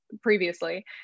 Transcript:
previously